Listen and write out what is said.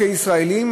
כישראלים,